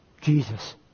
Jesus